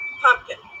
pumpkin